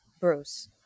Bruce